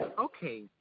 okay